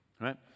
right